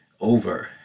over